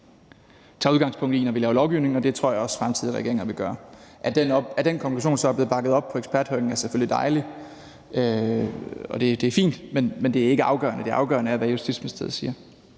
tager udgangspunkt i, når vi laver lovgivning, og det tror jeg også fremtidige regeringer vil gøre. At den konklusion så bliver bakket op på eksperthøringen er selvfølgelig dejligt, og det er fint. Men det er jo ikke afgørende. Det afgørende er, hvad Justitsministeriet siger.